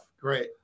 Great